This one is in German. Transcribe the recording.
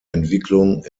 entwicklung